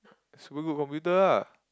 super good computer ah